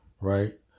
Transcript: right